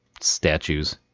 statues